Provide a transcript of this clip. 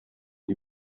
die